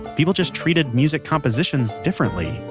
people just treated music compositions differently,